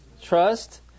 Trust